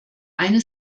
eine